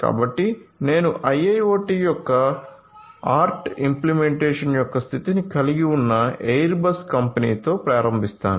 కాబట్టి నేను IIoT యొక్క ఆర్ట్ ఇంప్లిమెంటేషన్ యొక్క స్థితిని కలిగి ఉన్న ఎయిర్ బస్ కంపెనీతో ప్రారంభిస్తాను